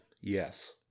Yes